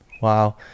Wow